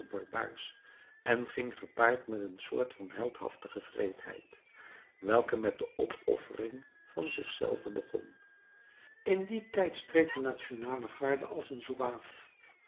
barbaarsch en ging gepaard met een soort van heldhaftige wreedheid welke met de opoffering van zich zelve begon in dien tijd streed een nationale garde als een